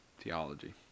theology